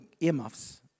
earmuffs